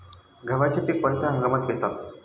गव्हाचे पीक कोणत्या हंगामात घेतात?